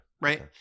Right